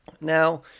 Now